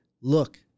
look